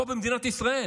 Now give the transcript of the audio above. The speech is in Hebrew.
פה, במדינת ישראל.